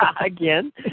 Again